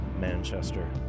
Manchester